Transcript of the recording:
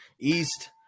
East